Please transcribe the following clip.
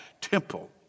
temple